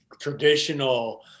traditional